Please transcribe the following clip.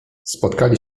spotkali